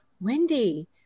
wendy